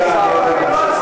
רגע,